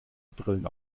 brillen